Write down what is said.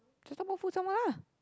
just talk about food some more lah